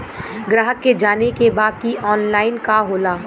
ग्राहक के जाने के बा की ऑनलाइन का होला?